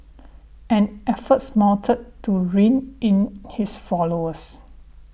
and efforts mounted to rein in his followers